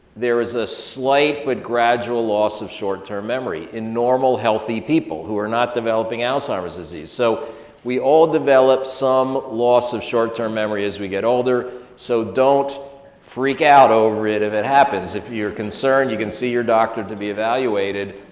there is a slight but gradual loss of short-term memory in norma healthy people who are not developing alzheimer's disease. so we all develop some loss of short-term memory as we get older. so don't freak out over it if it happens. if you're concerned, you can see your doctor to be evaluated.